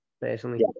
personally